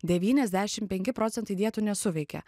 devyniasdešim penki procentai dietų nesuveikia